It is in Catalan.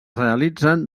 realitzen